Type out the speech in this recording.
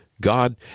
God